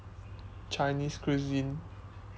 chinese cuisine